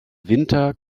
winter